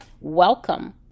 welcome